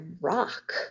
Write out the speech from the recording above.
rock